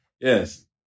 yes